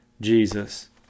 Jesus